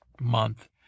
month